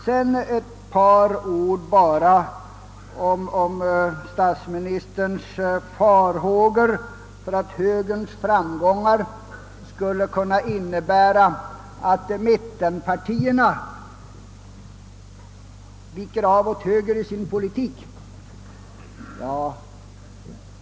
Så ett par ord om statsministerns farhågor för att högerns framgång skulle kunna innebära att mittenpartierna viker av åt höger i sin politik.